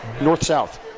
north-south